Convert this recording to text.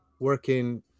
working